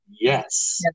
yes